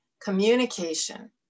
communication